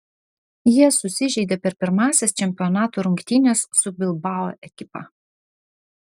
jie susižeidė per pirmąsias čempionato rungtynes su bilbao ekipa